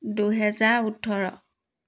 দুহেজাৰ ওঠৰ